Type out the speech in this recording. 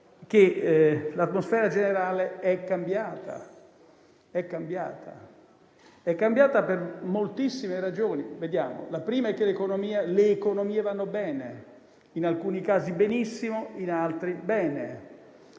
che l'atmosfera generale è cambiata. È cambiata per moltissime ragioni. La prima è che le economie vanno bene: in alcuni casi benissimo, in altri bene.